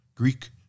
Greek